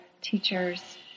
teachers